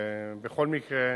בכל מקרה,